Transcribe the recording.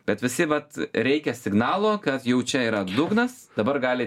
bet visi vat reikia signalo kad jau čia yra dugnas dabar gali